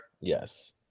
yes